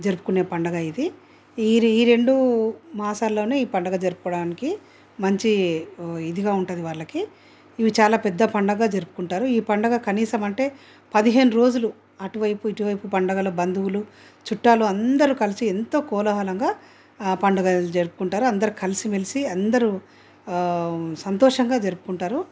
జరుపుకొనే పండుగ ఇది ఈ రెండు మాసాలలోనే ఈ పండగ జరపడానికి మంచి ఇదిగా ఉంటుంది వాళ్ళకి ఇవి చాలా పెద్ద పండుగ జరుపుకుంటారు ఈ పండుగ కనీసం అంటే పదిహేను రోజులు అటువైపు ఇటువైపు పండగలు బంధువులు చుట్టాలు అందరూ కలిసి ఎంతో కోలాహలంగా పండగలు జరుపుకుంటారు అందరూ కలిసిమెలిసి అందరూ సంతోషంగా జరుపుకుంటారు